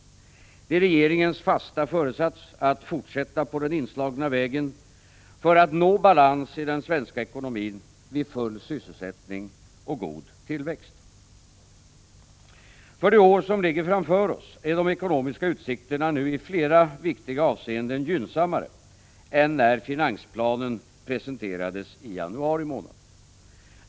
Det är regeringens fasta föresats att fortsätta på den inslagna vägen för att uppnå balans i den svenska ekonomin vid full sysselsättning och god tillväxt. För det år som ligger framför oss är de ekonomiska utsikterna nu i flera viktiga avseenden gynnsammare än när finansplanen presenterades i januari månad.